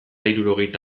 hirurogeita